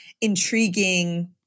intriguing